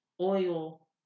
oil